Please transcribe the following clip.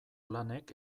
lanek